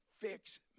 Fix